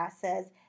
says